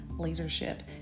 Leadership